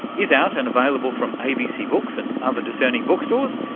is out and available from abc books and other discerning bookstores.